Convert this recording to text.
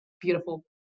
beautiful